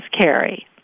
carry